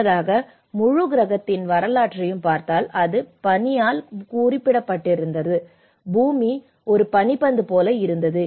முன்னதாக முழு கிரகத்தின் வரலாற்றையும் பார்த்தால் அது பனியால் குறிப்பிடப்பட்டது பூமி ஒரு பனிப்பந்து போல இருந்தது